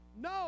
No